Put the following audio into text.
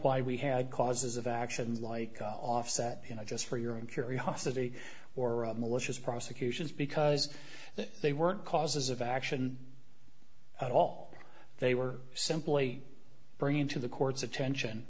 why we had causes of action like offset you know just for your own curiosity or malicious prosecutions because they weren't causes of action at all they were simply bringing to the court's attention